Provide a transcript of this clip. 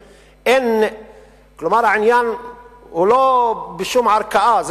כלומר העניין לא נמצא בשום ערכאה,